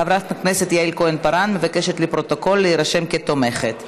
בעד, 69 חברי כנסת, אין מתנגדים ואין נמנעים.